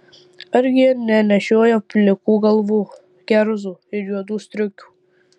argi jie nenešioja plikų galvų kerzų ir juodų striukių